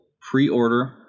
pre-order